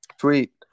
sweet